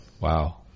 Wow